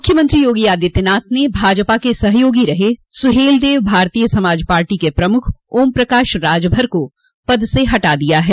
मुख्यमंत्री योगी आदित्यनाथ ने भाजपा के सहयोगी रहे सुहेलदेव भारतीय समाज पार्टी के प्रमुख ओम प्रकाश राजभर को पद से हटा दिया है